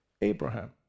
Abraham